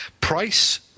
Price